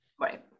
Right